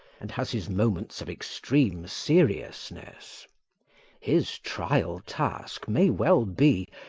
and has his moments of extreme seriousness his trial-task may well be,